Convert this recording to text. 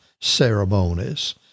ceremonies